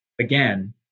again